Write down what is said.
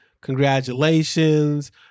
congratulations